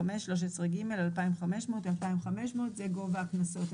35(13ב) 2,500 (10ג) 35(13ג) 2,500 2,500"" זה גובה הקנסות,